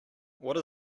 what